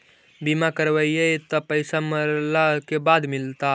बिमा करैबैय त पैसा मरला के बाद मिलता?